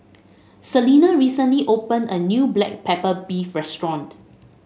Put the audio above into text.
Celina recently opened a new Black Pepper Beef restaurant